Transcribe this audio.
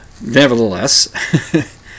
Nevertheless